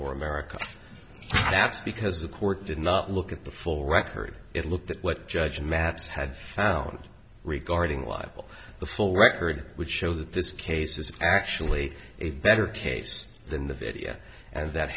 or america that's because the court did not look at the full record it looked at what judge matsch had found regarding libel the full record would show that this case was actually a better case than the video and that